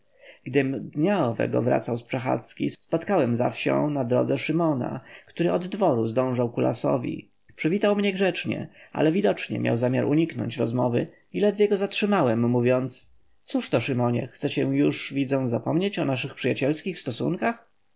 gdym dnia owego wracał z przechadzki spotkałem za wsią na drodze szymona który od dworu zdążał ku lasowi przywitał mnie grzecznie ale widocznie miał zamiar uniknąć rozmowy i ledwie go zatrzymałem mówiąc cóż to szymonie chcecie już widzę zapomnieć o naszych przyjacielskich stosunkach